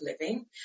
living